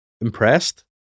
impressed